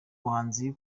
buhanzi